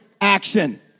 action